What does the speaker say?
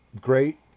great